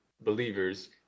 believers